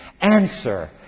Answer